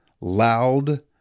loud